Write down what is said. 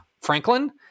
Franklin